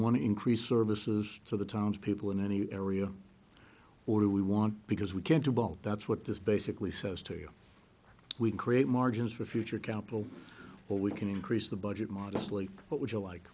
want to increase services so the town's people in any area or do we want because we can't do both that's what this basically says to you we create margins for future council or we can increase the budget modestly but would you like